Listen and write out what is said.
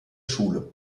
schule